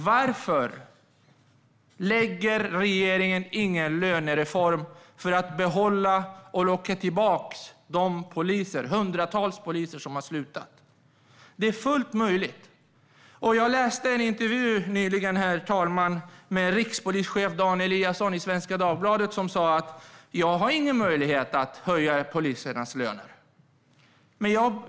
Varför lägger regeringen inte fram någon lönereform för att behålla och locka tillbaka de hundratals poliser som har slutat? Detta är fullt möjligt. Jag läste nyligen en intervju med rikspolischef Dan Eliasson i Svenska Dagbladet. Han sa att han inte har någon möjlighet att höja polisernas löner.